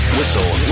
Whistle